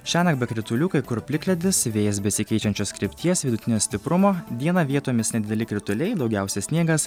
šiąnakt be kritulių kai kur plikledis vėjas besikeičiančios krypties vidutinio stiprumo dieną vietomis nedideli krituliai daugiausia sniegas